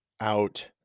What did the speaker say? out